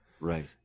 Right